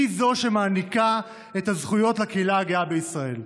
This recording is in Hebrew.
היא שמעניקה את הזכויות לקהילה הגאה בישראל.